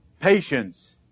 Patience